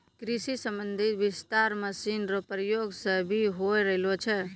कृषि संबंधी विस्तार मशीन रो प्रयोग से भी होय रहलो छै